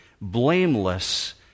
blameless